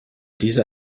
dieser